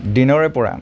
দিনৰে পৰা